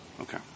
Okay